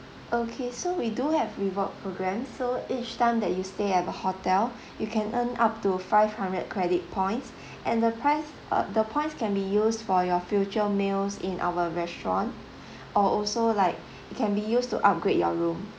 okay so we do have reward programme so each time that you stay at the hotel you can earn up to five hundred credit points and the price uh the points can be used for your future meals in our restaurant or also like it can be used to upgrade your room